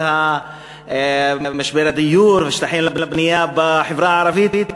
על משבר הדיור והשטחים לבנייה בחברה הערבית,